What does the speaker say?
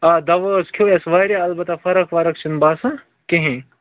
آ دَوا حظ کھیٚو اَسہِ واریاہ البتہ فرق ورق چھنہٕ باسان کِہیٚنۍ